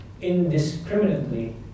indiscriminately